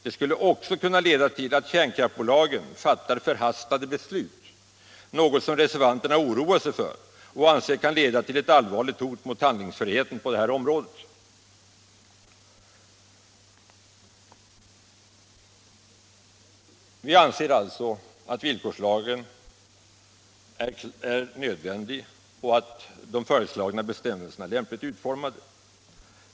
Det skulle också kunna leda till att kärnkraftsbolagen = tor kärnbränsle, fattar förhastade beslut, något som reservanterna oroar sig för och anser m.m. kan leda till ett allvarligt hot mot handlingsfriheten på detta område. Vi anser alltså att villkorslagen är nödvändig och att de föreslagna bestämmelserna är lämpligt utformade.